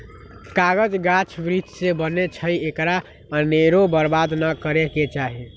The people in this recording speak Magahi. कागज गाछ वृक्ष से बनै छइ एकरा अनेरो बर्बाद नऽ करे के चाहि